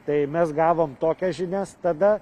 tai mes gavom tokias žinias tada